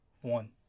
one